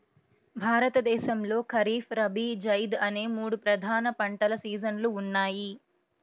భారతదేశంలో ఖరీఫ్, రబీ, జైద్ అనే మూడు ప్రధాన పంటల సీజన్లు ఉన్నాయి